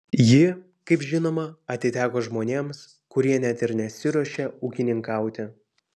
ji kaip žinoma atiteko žmonėms kurie net ir nesiruošia ūkininkauti